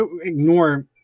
ignore